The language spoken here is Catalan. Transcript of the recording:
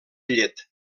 llet